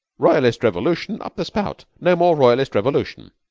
royalist revolution up the spout. no more royalist revolution.